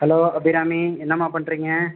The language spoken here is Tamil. ஹலோ அபிராமி என்னம்மா பண்ணுறீங்க